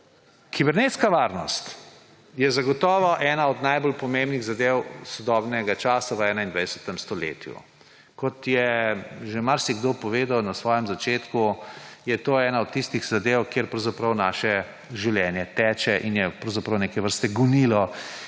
Kibernetska varnost je zagotovo ena od najbolj pomembnih zadev sodobnega časa v 21. stoletju. Kot je že marsikdo povedal na svojem začetku, je to ena od tistih zadev, kjer pravzaprav naše življenje teče in je pravzaprav neke vrste gonilo.